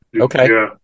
Okay